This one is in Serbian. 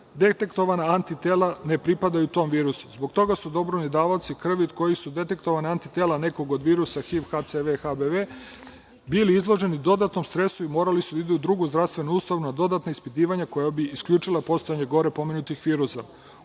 detektovana antitela ne pripadaju tom virusu. Zbog toga su dobrovoljni davaoci krvi kod kojih su dektetovana antitela nekog od virusa HIV, HCV, HBV, bili izloženi dodatnom stresu i morali su da idu u drugu zdravstvenu ustanovu na dodatna ispitivanja koja bi isključila postojanje gore pomenutih